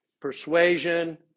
Persuasion